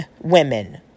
women